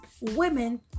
women